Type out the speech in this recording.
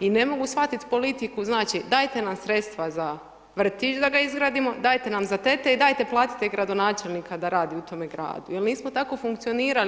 i ne mogu shvatit politiku znači dajte nam sredstava za vrtić da ga izgradimo, dajte nam za tete i dajte platite gradonačelnika da radi u tome gradu, jer nismo tako funkcionirali.